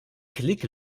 klick